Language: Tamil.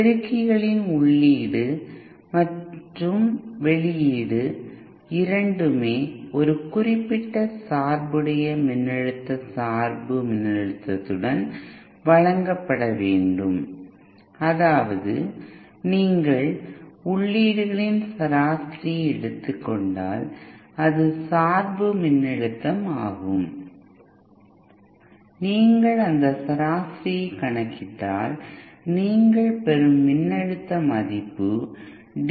பெருக்கிகளின் உள்ளீடு மற்றும் வெளியீடு இரண்டுமே ஒரு குறிப்பிட்ட சார்புடைய மின்னழுத்த சார்பு மின்னழுத்தத்துடன் வழங்கப்பட வேண்டும் அதாவது நீங்கள் உள்ளீடுகளின் சராசரியை எடுத்துக் கொண்டால் அது சார்பு மின்னழுத்தம் ஆகும் Iநீங்கள் அந்த சராசரியைக் கணக்கிட்டால் நீங்கள் பெறும் மின்னழுத்த மதிப்பு டி